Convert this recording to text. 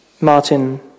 Martin